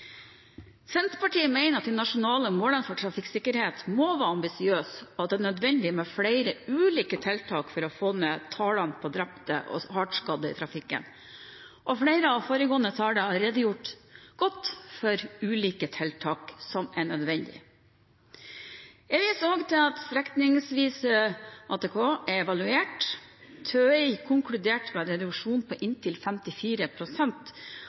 Senterpartiet mener at de nasjonale målene for trafikksikkerhet må være ambisiøse, og at det er nødvendig med flere ulike tiltak for å få ned tallene på drepte og hardt skadde i trafikken. Flere av de foregående talerne har redegjort godt for ulike nødvendige tiltak. Jeg viser også til at strekningsvis ATK er evaluert. TØI konkluderte med en reduksjon på inntil